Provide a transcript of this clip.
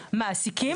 כלפי מעסיקים,